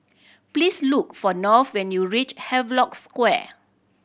please look for North when you reach Havelock Square